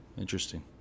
Interesting